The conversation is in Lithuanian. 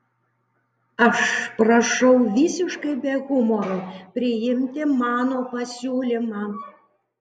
aš prašau visiškai be humoro priimti mano pasiūlymą